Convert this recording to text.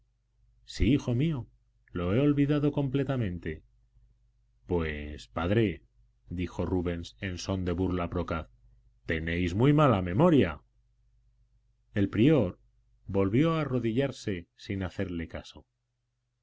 sí hijo mío lo he olvidado completamente pues padre dijo rubens en son de burla procaz tenéis muy mala memoria el prior volvió a arrodillarse sin hacerle caso